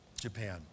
Japan